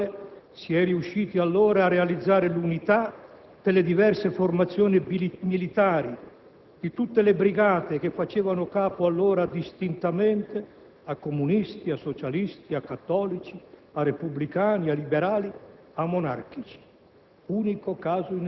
grazie al quale si è riusciti allora a realizzare l'unità delle diverse formazioni militari, di tutte le brigate che facevano capo, distintamente, a comunisti, socialisti, cattolici, repubblicani, liberali, monarchici.